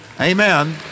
Amen